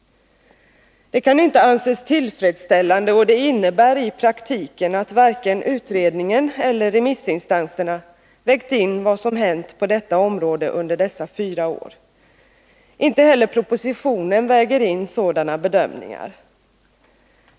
Det kan inte anses tillfredsställande, och det innebär i praktiken att varken utredningen eller remissinstanserna vägt in vad som hänt på detta område under dessa fyra år. Inte heller propositionen väger in några sådana bedömningar.